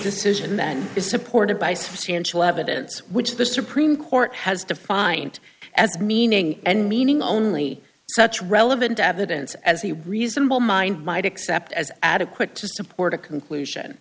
decision then is supported by substantial evidence which the supreme court has defined as meaning and meaning only such relevant evidence as the reasonable mind might accept as adequate to support a conclusion